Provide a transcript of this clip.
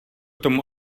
tomu